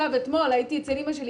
אתמול הייתי אצל אימא שלי,